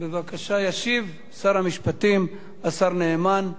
ישיב שר המשפטים, השר נאמן.